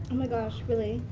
my gosh, really.